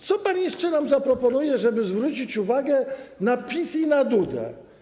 Co pan jeszcze nam zaproponuje, żeby zwrócić uwagę na PiS i na Dudę?